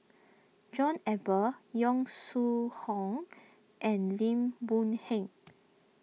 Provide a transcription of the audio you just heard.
John Eber Yong Shu Hoong and Lim Boon Heng